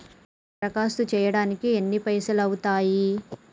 దరఖాస్తు చేయడానికి ఎన్ని పైసలు అవుతయీ?